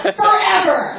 forever